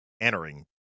entering